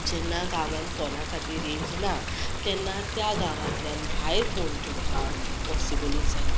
जेन्ना गांवान फोना खातीर रेंज ना तेन्ना त्या गांवातल्यान भायर फोन करपाक पोसीबलूच जायना